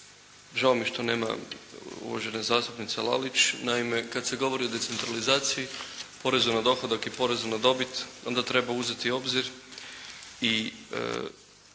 žao mi je što nema uvažene zastupnice Lalić. Naime kada se govori o decentralizaciji porezu na dohodak i porezu na dobit onda treba uzeti u obzir i